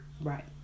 Right